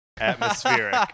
Atmospheric